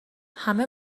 همه